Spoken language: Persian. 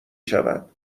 شود